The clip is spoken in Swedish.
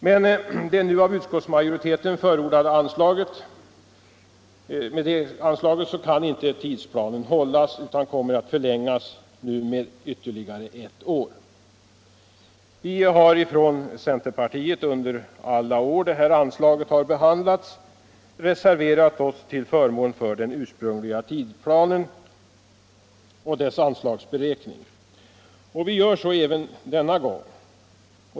Med det av utskottsmajoriteten förordade anslaget kan emellertid inte tidsplanen hållas, utan den kommer att förlängas med ytterligare ett år. Från centerpartiet har vi under alla år som detta anslag har behandlats reserverat oss till förmån för den ursprungliga tidsplanen och dess anslagsberäkning, och vi gör så även denna gång.